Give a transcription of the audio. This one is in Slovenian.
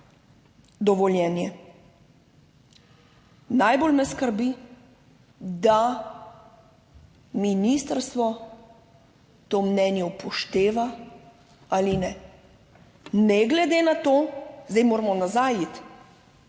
dovoljenje. Najbolj me skrbi, da ministrstvo to mnenje upošteva ali ne, ne glede na to, zdaj moramo nazaj iti,